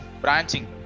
branching